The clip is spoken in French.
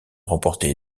remporté